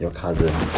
your cousins